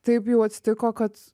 taip jau atsitiko kad